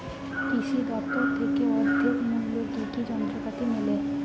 কৃষি দফতর থেকে অর্ধেক মূল্য কি কি যন্ত্রপাতি মেলে?